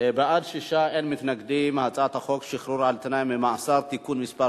להעביר את הצעת חוק שחרור על-תנאי ממאסר (תיקון מס'